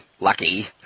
lucky